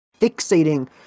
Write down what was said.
fixating